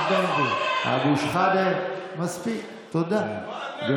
הקמתי ועדת בדיקה ממשלתית למח"ש כי ראיתי